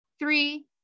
three